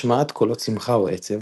השמעת קולות שמחה או עצב,